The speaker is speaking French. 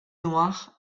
noir